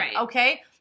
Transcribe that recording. Okay